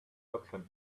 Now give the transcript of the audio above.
option